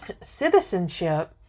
citizenship